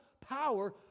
power